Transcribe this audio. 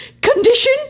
condition